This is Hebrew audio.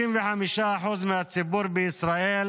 65% מהציבור בישראל